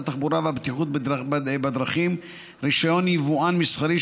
התחבורה והבטיחות בדרכים רישיון יבואן מסחרי,